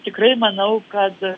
tikrai manau kad